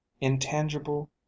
Intangible